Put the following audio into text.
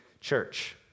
church